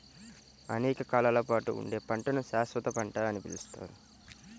అనేక కాలాల పాటు ఉండే పంటను శాశ్వత పంట అని పిలుస్తారు